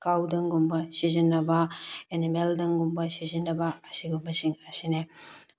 ꯀꯥꯎ ꯗꯪ ꯒꯨꯝꯕ ꯁꯤꯖꯤꯟꯅꯕ ꯑꯦꯅꯤꯃꯦꯜ ꯗꯪ ꯒꯨꯝꯕ ꯁꯤꯖꯤꯟꯅꯕ ꯑꯁꯤꯒꯨꯝꯕꯁꯤꯡ ꯑꯁꯤꯅꯤ